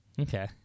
Okay